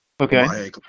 Okay